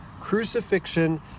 crucifixion